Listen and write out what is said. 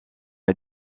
est